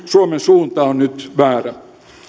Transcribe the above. suomen suunta on nyt väärä